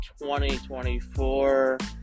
2024